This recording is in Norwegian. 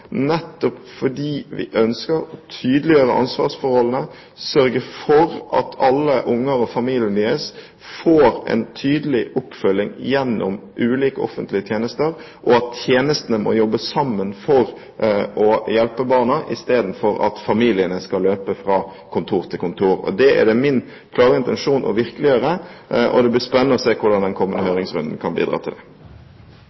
nettopp fordi vi ønsker å tydeliggjøre ansvarsforholdene, sørge for at alle barn og familiene deres får en tydelig oppfølging gjennom ulike offentlige tjenester, og at tjenestene må jobbe sammen for å hjelpe barna istedenfor at familiene skal løpe fra kontor til kontor. Det er det min klare intensjon å virkeliggjøre, og det blir spennende å se hvordan den kommende